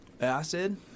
acid